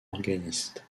organiste